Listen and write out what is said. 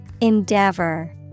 Endeavor